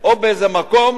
או באיזה מקום